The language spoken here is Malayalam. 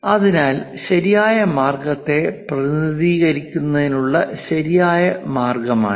അതിനാൽ ശരിയായ മാർഗത്തെ പ്രതിനിധീകരിക്കുന്നതിനുള്ള ശരിയായ മാർഗ്ഗമാണിത്